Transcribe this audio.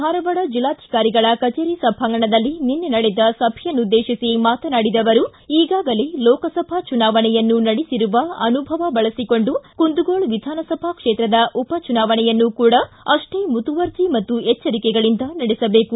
ಧಾರವಾಡ ಜಿಲ್ಲಾಧಿಕಾರಿಗಳ ಕಚೇರಿ ಸಭಾಂಗಣದಲ್ಲಿ ನಿನ್ನೆ ನಡೆದ ಸಭೆಯನ್ನುದ್ದೇತಿಸಿ ಮಾತನಾಡಿದ ಅವರು ಈಗಾಗಲೇ ಲೋಕಸಭಾ ಚುನಾವಣೆಯನ್ನು ನಡೆಸಿರುವ ಅನುಭವ ಬಳಸಿಕೊಂಡು ಕುಂದಗೋಳ ವಿಧಾನಸಭಾ ಕ್ಷೇತ್ರದ ಉಪಚುನಾವಣೆಯನ್ನೂ ಕೂಡ ಅಷ್ಟೇ ಮುತುವರ್ಜಿ ಮತ್ತು ಎಚ್ಚರಿಕೆಗಳಿಂದ ನಡೆಸಬೇಕು